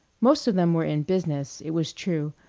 most of them were in business, it was true,